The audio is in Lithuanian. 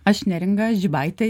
aš neringa žibaitei